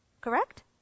Correct